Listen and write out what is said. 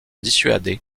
dissuader